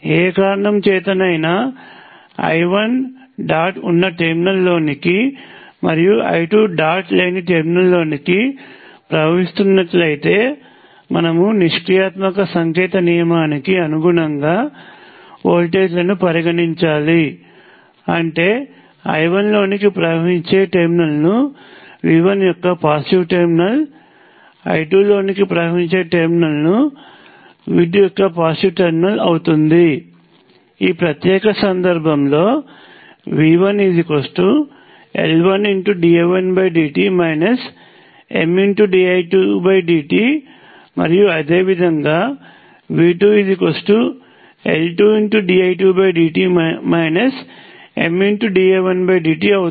ఏ కారణం చేతనైనా I1 dot ఉన్న టెర్మినల్లోకి మరియు I2 డాట్ లేని టెర్మినల్ లోకి ప్రవహిస్తున్నట్లయితేమనము నిష్క్రియాత్మక సంకేత నియమానికి అనుగుణంగా వోల్టేజ్లను పరిగణించాలి అంటే I1 లోనికి ప్రవహించే టెర్మినల్ ను V1 యొక్క పాజిటివ్ టెర్మినల్ I2 లోనికి ప్రవహించే టెర్మినల్ ను V2 యొక్క పాజిటివ్ టెర్మినల్ అవుతుంది ఈ ప్రత్యేక సందర్భంలోV1L1dI1dt MdI2dt మరియు అదేవిధంగాV2L2dI2dt MdI1dt అవుతుంది